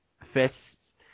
fists